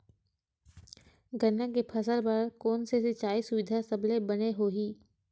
गन्ना के फसल बर कोन से सिचाई सुविधा सबले बने होही?